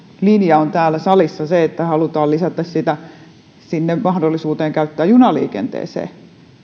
linja on täällä salissa se että halutaan lisätä sinne mahdollisuuteen käyttää junaliikenteeseen